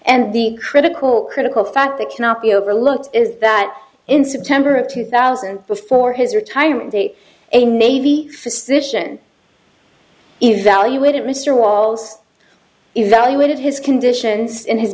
and the critical critical fact that cannot be overlooked is that in september of two thousand before his retirement date a navy physician evaluated mr wattles evaluated his conditions in his